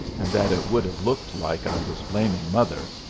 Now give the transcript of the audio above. and that it would have looked like i was blaming mother,